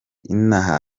inaha